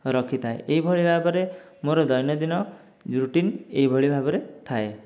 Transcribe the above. ରଖିଥାଏ ଏଇଭଳି ଭାବରେ ମୋର ଦୈନଦିନ ରୁଟିନ୍ ଏଇଭଳି ଭାବରେ ଥାଏ